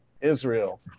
Israel